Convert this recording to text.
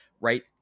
right